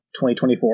2024